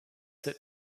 sit